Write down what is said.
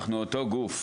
אנחנו אותו גוף.